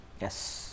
Yes